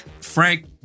Frank